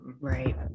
Right